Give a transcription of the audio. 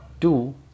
two